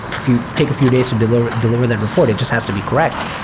if you take a few days to deliver deliver that report, it just has to be correct.